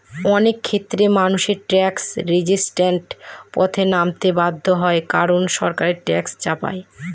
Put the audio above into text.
অনেক ক্ষেত্রেই মানুষ ট্যাক্স রেজিস্ট্যান্সের পথে নামতে বাধ্য হয় কারন সরকার ট্যাক্স চাপায়